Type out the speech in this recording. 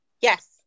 yes